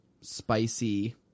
spicy